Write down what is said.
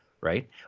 right